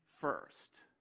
first